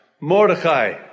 Mordecai